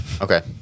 Okay